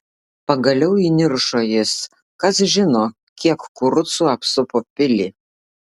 pagaliau įniršo jis kas žino kiek kurucų apsupo pilį